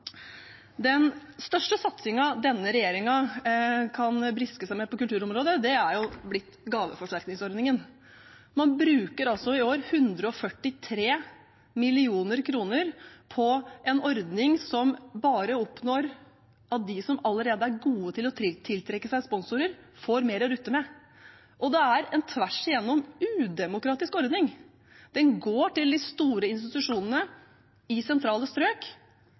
Den største satsingen denne regjeringen kan briske seg med på kulturområdet, er gaveforsterkningsordningen. Man bruker i år 143 mill. kr på en ordning som bare oppnår at de som allerede er gode til å tiltrekke seg sponsorer, får mer å rutte med. Det er en tvers igjennom udemokratisk ordning. Den går til de store institusjonene i sentrale strøk,